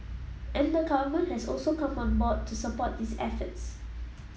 and the government has also come on board to support these efforts